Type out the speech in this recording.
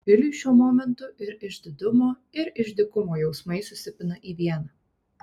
viliui šiuo momentu ir išdidumo ir išdykumo jausmai susipina į vieną